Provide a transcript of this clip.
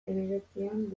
hemeretzian